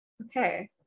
Okay